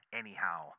anyhow